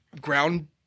ground